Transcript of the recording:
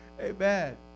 Amen